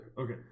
Okay